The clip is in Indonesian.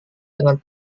dengan